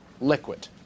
liquid